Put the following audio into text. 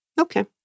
Okay